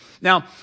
Now